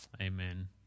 Amen